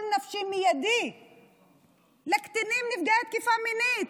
נפשי מיידי לקטינים נפגעי תקיפה מינית,